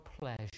pleasure